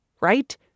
right